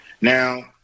Now